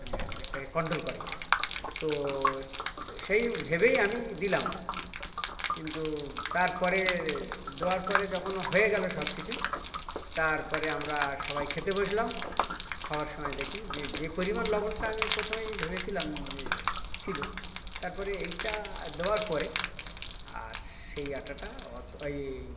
মানে অনেকটাকে কন্ট্রোল করে তো সেই ভেবেই আমি দিলাম কিন্তু তার পরে দেওয়ার পরে যখন হয়ে গেল সব কিছু তার পরে আমরা সবাই খেতে বসলাম খাওয়ার সময় দেখি যে যে পরিমাণ লবণটা আমি প্রথমেই ভেবেছিলাম যে ছিল তার পরে এইটা দেওয়ার পরে আর সেই আটাটা অত এই